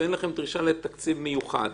ואין לכם דרישה לתקציב מיוחד.